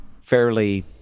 fairly